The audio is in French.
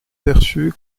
perçus